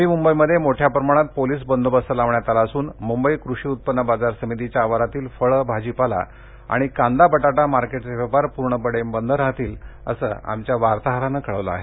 नवी सुंबईमध्ये मोठ्या प्रमाणात पोलीस बंदोबस्त लावण्यात आला असून मुंबई कृषी उत्पन्न बाजार समितीच्या आवारातील फळे भाजीपाला आणि कांदा बटाटा मार्केटचे व्यवहार पूर्णपणे बंद राहतील असं आमच्या वार्ताहरानं कळवलं आहे